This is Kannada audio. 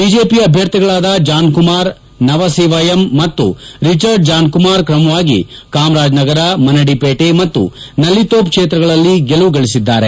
ಬಿಜೆಪಿ ಅಭ್ಯರ್ಥಿಗಳಾದ ಜಾನ್ಕುಮಾರ್ ನಮಸಿವಯಂ ಮತ್ತು ರಿಚರ್ಡ್ಸ್ ಜಾನ್ಕುಮಾರ್ ಕ್ರಮವಾಗಿ ಕಾಮರಾಜ್ ನಗರ ಮನ್ನಡಿಪೇಟೆ ಮತ್ತು ನೆಲ್ಲಿಥೋಪ್ ಕ್ಷೇತ್ರಗಳನ್ನು ಗೆಲುವು ಗಳಿಸಿದ್ದಾರೆ